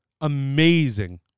Amazing